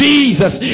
Jesus